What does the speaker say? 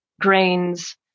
grains